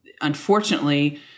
unfortunately